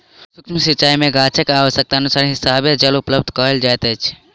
सुक्ष्म सिचाई में गाछक आवश्यकताक हिसाबें जल उपलब्ध कयल जाइत अछि